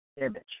image